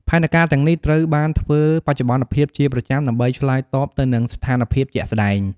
ផែនការទាំងនេះត្រូវបានធ្វើបច្ចុប្បន្នភាពជាប្រចាំដើម្បីឆ្លើយតបទៅនឹងស្ថានភាពជាក់ស្តែង។